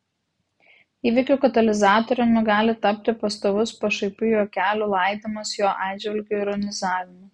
įvykių katalizatoriumi gali tapti pastovus pašaipių juokelių laidymas jo atžvilgiu ironizavimas